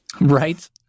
Right